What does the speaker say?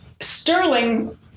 sterling